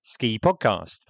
SKIPODCAST